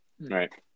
right